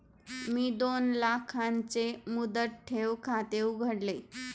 मी दोन लाखांचे मुदत ठेव खाते उघडले